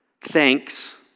thanks